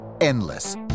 endless